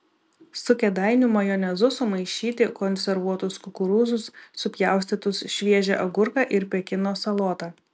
su kėdainių majonezu sumaišyti konservuotus kukurūzus supjaustytus šviežią agurką ir pekino salotą